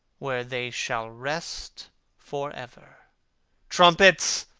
where they shall rest for ever trumpets,